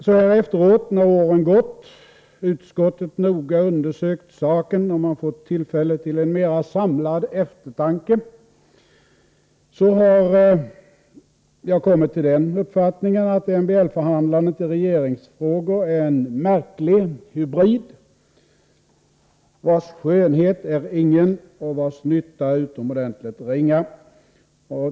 Så här efteråt, när åren har gått, utskottet noga undersökt saken och man fått tillfälle till en mer samlad eftertanke, har jag kommit till den uppfattningen att MBL-förhandlandet i regeringsfrågor är en märklig hybrid, vars skönhet är ingen och vars nytta är utomordentligt ringa.